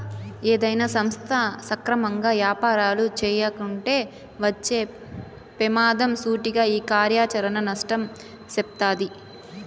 ఏదైనా సంస్థ సక్రమంగా యాపారాలు చేయకుంటే వచ్చే పెమాదం సూటిగా ఈ కార్యాచరణ నష్టం సెప్తాది